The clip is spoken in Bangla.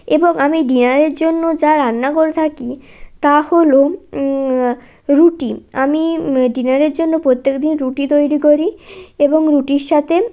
এবং আমি ডিনারের জন্য যা রান্না করে থাকি তা হল রুটি আমি ডিনারের জন্য প্রত্যেক দিন রুটি তৈরি করি এবং রুটির সাথে